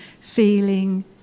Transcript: feeling